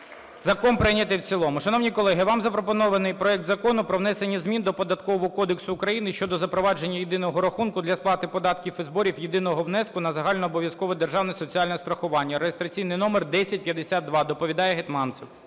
Закон прийнятий в цілому. Шановні колеги, вам запропонований проект Закону про внесення змін до Податкового кодексу України щодо запровадження єдиного рахунку для сплати податків і зборів, єдиного внеску на загальнообов'язкове державне соціальне страхування (реєстраційний номер 1051). Доповідає Гетманцев.